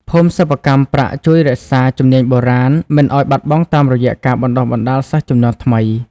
ភូមិសិប្បកម្មប្រាក់ជួយរក្សា ជំនាញបូរាណ មិនឱ្យបាត់បង់តាមរយៈការបណ្តុះបណ្តាលសិស្សជំនាន់ថ្មី។